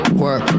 work